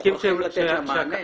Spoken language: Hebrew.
צריך לתת לה מענה.